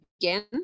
again